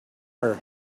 her